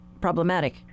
problematic